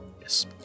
yes